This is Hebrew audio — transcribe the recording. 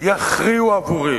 יכריעו עבורי.